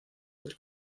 del